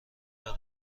برای